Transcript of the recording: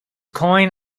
coin